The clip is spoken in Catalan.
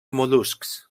mol·luscs